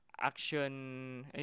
action